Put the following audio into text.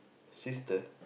sister